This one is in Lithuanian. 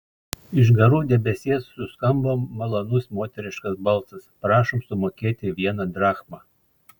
iš garų debesies suskambo malonus moteriškas balsas prašom sumokėti vieną drachmą